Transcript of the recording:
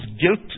guilt